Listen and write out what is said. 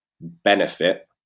benefit